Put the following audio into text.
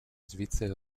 svizzere